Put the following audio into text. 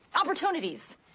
Opportunities